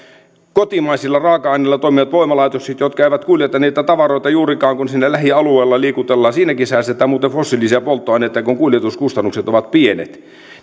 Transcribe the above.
kotimaisilla raaka aineilla toimivat voimalaitokset jotka eivät kuljeta niitä tavaroita juurikaan kun siinä lähialueella liikutellaan siinäkin säästetään muuten fossiilisia polttoaineita kun kuljetuskustannukset ovat pienet